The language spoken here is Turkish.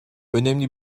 önemli